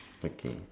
okay